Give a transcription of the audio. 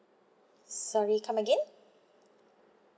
sorry come again